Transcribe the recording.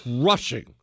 crushing